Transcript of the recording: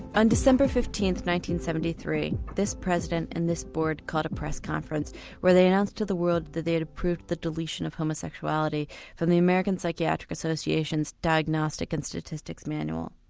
on december fifteenth, one seventy three this president and this board called a press conference where they announced to the world that they had approved the deletion of homosexuality from the american psychiatric association's diagnostic and statistics manual.